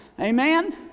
Amen